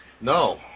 No